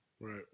Right